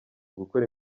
gukora